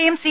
എയും സി